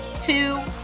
two